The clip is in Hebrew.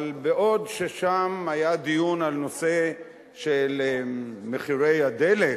אבל בעוד ששם היה דיון על נושא של מחירי הדלק,